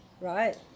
right